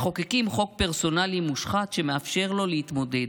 מחוקקים חוק פרסונלי מושחת, שמאפשר לו להתמודד,